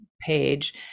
page